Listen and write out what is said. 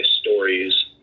stories